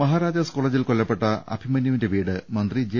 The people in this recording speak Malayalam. മഹാരാജാസ് കോളേജിൽ കൊല്ലപ്പെട്ടി അഭിമന്യു വിന്റെ വീട് മന്ത്രി ജെ